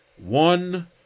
One